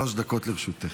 שלוש דקות לרשותך.